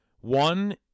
one